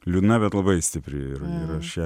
liūdna bet labai stipri ir ir aš ją